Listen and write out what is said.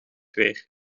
weer